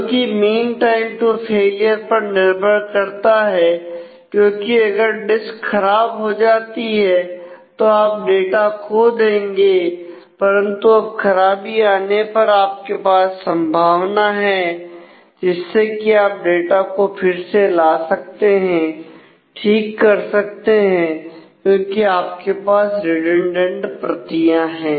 जोकि mean time to failure पर निर्भर करता है क्योंकि अगर डिस्क खराब हो जाती है तो आप डाटा खो देते हैं परंतु अब खराबी आने पर आपके पास संभावना है जिससे कि आप डाटा को फिर से ला सकते हैं ठीक कर सकते हैं क्योंकि आपके पास रिडंडेंट प्रतियां है